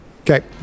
Okay